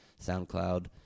SoundCloud